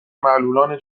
معلولان